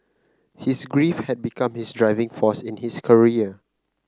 his grief had become his driving force in his career